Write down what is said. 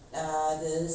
why